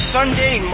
Sunday